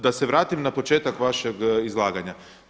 Da se vratim na početak vašeg izlaganja.